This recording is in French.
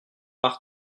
par